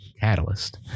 catalyst